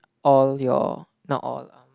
all your not all lah